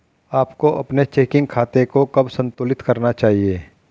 आपको अपने चेकिंग खाते को कब संतुलित करना चाहिए?